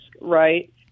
Right